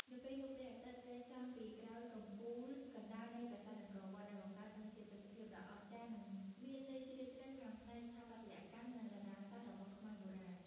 នៅពេលនោះ ព្រះអាទិត្យរះចំពីក្រោយកំពូលកណ្តាលនៃប្រាសាទអង្គរវត្ត ដែលបង្កើតបានជាទិដ្ឋភាពដ៏អស្ចារ្យនិងមានន័យជ្រាលជ្រៅខាងផ្នែកស្ថាបត្យកម្ម និងតារាសាស្ត្ររបស់ខ្មែរបុរាណ។